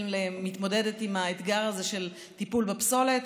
מתמודדת עם האתגר הזה של טיפול בפסולת,